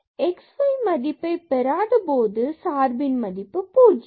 x y பூஜ்ஜியம் மதிப்பை பெறாத போது சார்பின் மதிப்பு 0